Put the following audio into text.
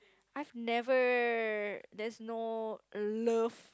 I've never there's no love